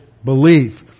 Belief